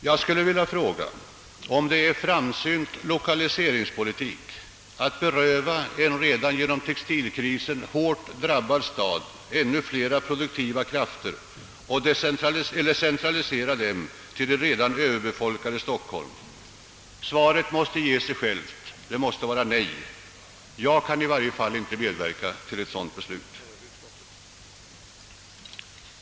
Jag vill fråga om det är framsynt lokaliseringspolitik att beröva en redan genom textilkrisen hårt drabbad stad som Norrköping ännu flera produktiva krafter och centralisera dem till det redan överbefolkade Stockholm? Svaret måste ge sig självt — det måste bli nej. Jag kan i varje fall inte medverka till ett sådant beslut.